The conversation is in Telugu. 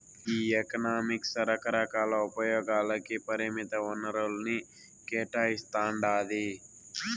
ఈ ఎకనామిక్స్ రకరకాల ఉపయోగాలకి పరిమిత వనరుల్ని కేటాయిస్తాండాది